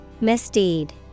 misdeed